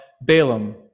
Balaam